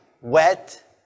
wet